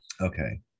Okay